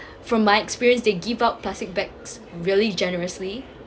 from my experience they give out plastic bags really generously